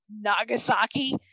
Nagasaki